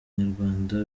nyarwanda